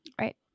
right